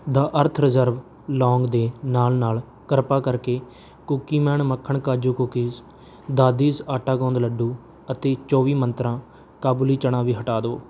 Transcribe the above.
ਦਾ ਅਰਥ ਰੀਜਰਵ ਲੌਂਗ ਦੇ ਨਾਲ ਨਾਲ ਕ੍ਰਿਪਾ ਕਰਕੇ ਕੂਕੀਮੈਨ ਮੱਖਣ ਕਾਜੂ ਕੂਕੀਜ਼ ਦਾਦੀਸ ਆਟਾ ਗੋਂਦ ਲੱਡੂ ਅਤੇ ਚੌਵੀ ਮੰਤਰਾਂ ਕਾਬੁਲੀ ਚਨਾ ਵੀ ਹਟਾ ਦੇਵੋ